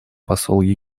посол